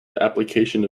application